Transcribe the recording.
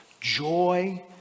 joy